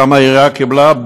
כמה העירייה קיבלה?